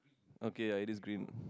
okay ya this green